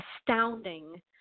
astounding